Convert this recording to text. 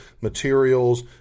materials